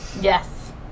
Yes